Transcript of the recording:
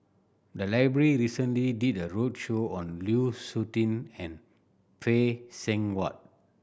the library recently did a roadshow on Lu Suitin and Phay Seng Whatt